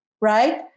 right